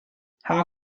how